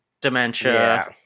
dementia